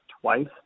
twice